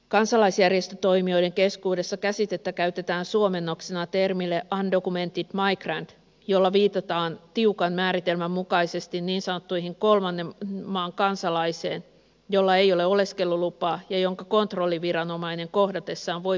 kansalaisjärjestötoimijoiden keskuudessa käsitettä käytetään suomennoksena termille undocumented migrant jolla viitataan tiukan määritelmän mukaisesti niin sanottuun kolmannen maan kansalaiseen jolla ei ole oleskelulupaa ja jonka kontrolliviranomainen kohdatessaan voi poistaa maasta